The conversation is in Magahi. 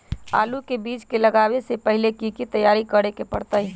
आलू के बीज के लगाबे से पहिले की की तैयारी करे के परतई?